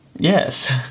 Yes